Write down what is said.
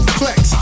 flex